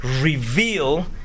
reveal